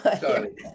sorry